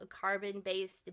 carbon-based